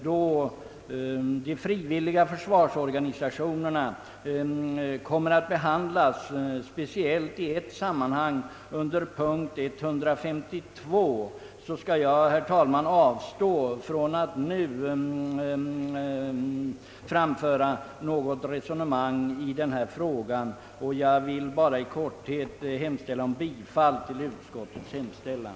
Då de frivilliga försvarsorganisationerna kommer att behandlas speciellt och i ett sammanhang under punkten 152, skall jag dock, herr talman, avstå från att nu föra något resonemang i denna fråga. Jag yrkar bara 1 korthet bifall till utskottets hemställan.